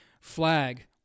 flag